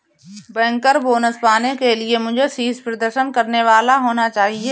banker bonus पाने के लिए मुझे शीर्ष प्रदर्शन करने वाला होना चाहिए